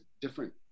different